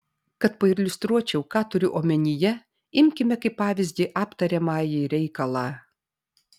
kad pailiustruočiau ką turiu omenyje imkime kaip pavyzdį aptariamąjį reikalą